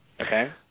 Okay